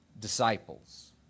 disciples